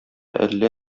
әллә